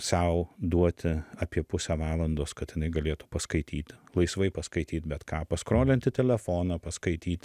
sau duoti apie pusę valandos kad jinai galėtų paskaityti laisvai paskaityt bet ką paskolinti telefoną paskaityt